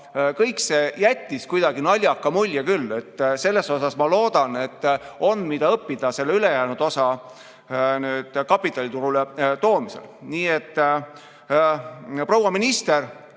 kõik see jättis kuidagi naljaka mulje küll. Selles mõttes ma loodan, et on, mida õppida ülejäänud osa kapitaliturule toomisel. Nii et, proua minister,